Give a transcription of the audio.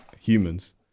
humans